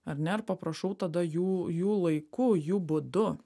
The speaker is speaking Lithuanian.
ar ne ir paprašau tada jų jų laiku jų būdu